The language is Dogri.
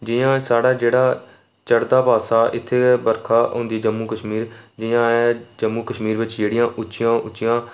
जियां साढ़ा जेह्ड़ा चढ़दा पासा इत्थै बरखा होंदी जम्मू कश्मीर जियां एह् जम्मू कश्मीर बिच्च जेह्ड़ियां उच्चियां उच्चियां